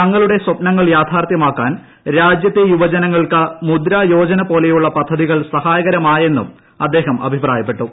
തങ്ങളുടെ സ്വപ്നങ്ങൾ യാഥാർത്ഥ്യമാക്കാൻ രാജ്യത്തെ യുവജനങ്ങൾക്ക് മുദ്രയോജനപോലുള്ള പദ്ധതികൾ സഹായകരമായെന്നും അദ്ദേഹം അഭിപ്രായപ്പെട്ടു